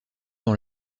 dans